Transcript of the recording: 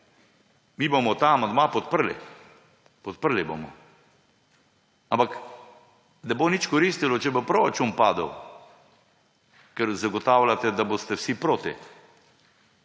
Mi bomo ta amandma podprli, podprli ga bomo, ampak ne bo nič koristilo, če bo proračun padel, ker zagotavljate, da boste vsi proti.